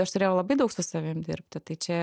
aš turėjau labai daug su savim dirbti tai čia